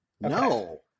No